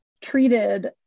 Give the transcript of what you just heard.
treated